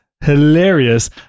hilarious